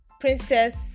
princess